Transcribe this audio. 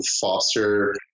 foster